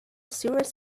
serious